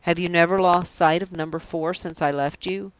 have you never lost sight of number four since i left you?